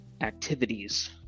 activities